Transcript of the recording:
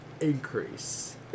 increase